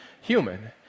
human